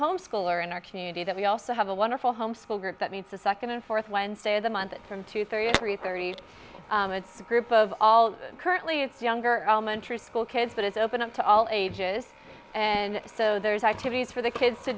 homeschooler in our community that we also have a wonderful home school group that meets the second and fourth wednesday of the month from two three and three for each group of all currently it's younger elementary school kids but it's open up to all ages and so there's activities for the kids to